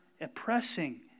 oppressing